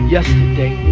Yesterday